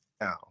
now